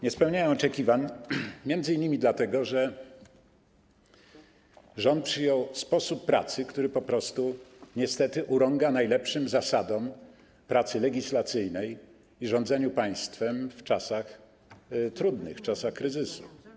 Nie spełniają oczekiwań m.in. dlatego, że rząd przyjął sposób pracy, który niestety urąga najlepszym zasadom pracy legislacyjnej i rządzeniu państwem w czasach trudnych, w czasach kryzysu.